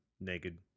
naked